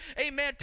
amen